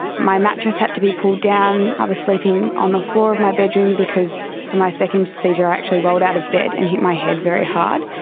my mattress had to be pulled down, i was sleeping on the floor of my bedroom because for my second seizure i actually rolled out of bed and hit my head very hard.